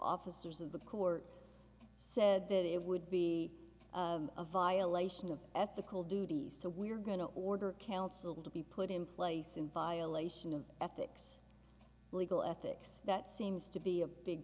officers of the court said that it would be a violation of ethical duty so we're going to order counsel to be put in place in violation of ethics legal ethics that seems to be a big